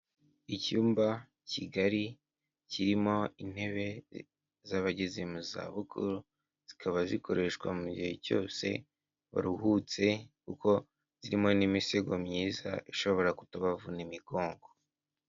Icyumba kigari kirimo intebe z'abageze mu zabukuru, zikaba zikoreshwa mu gihe cyose uruhutse kuko zirimo n'imisego myiza ishobora kutabavuna imigongo.